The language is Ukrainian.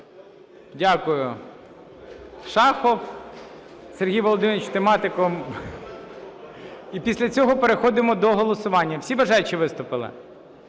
Дякую. Шахов Сергій Володимирович, тематику... І після цього переходимо до голосування. Всі бажаючі виступили?